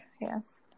yes